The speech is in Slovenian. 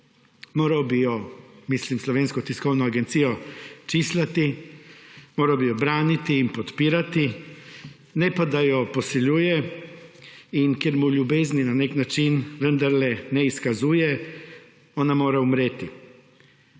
Moral bi jo, mislim Slovensko tiskovno agencijo, čislati, moral bi jo braniti in podpirati, ne pa da jo posiljuje in ker mu ljubezni na nek način vendarle ne izkazuje, ona mora umreti.